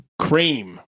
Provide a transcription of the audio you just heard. cream